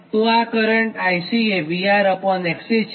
તો આ current IC એ VRXc છે